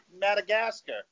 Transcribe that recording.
Madagascar